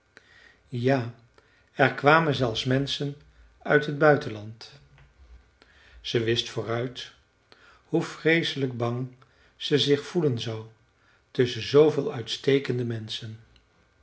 ja er kwamen zelfs menschen uit het buitenland ze wist vooruit hoe vreeselijk bang ze zich voelen zou tusschen zooveel uitstekende menschen